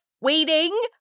waiting